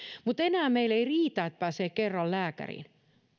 mutta enää meillä ei riitä että pääsee kerran lääkäriin